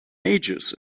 ages